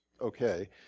okay